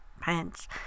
pants